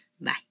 Bye